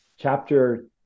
Chapter